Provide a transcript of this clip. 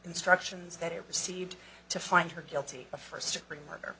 instructions that it received to find her guilty of first degree murder